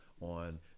on